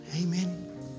Amen